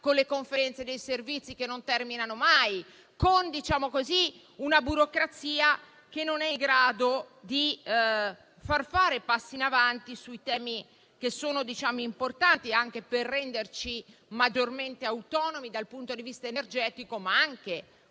con le conferenze dei servizi che non terminano mai, con una burocrazia che non consente di far fare passi in avanti sui temi che sono importanti anche per renderci maggiormente autonomi dal punto di vista energetico, ma anche